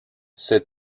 ces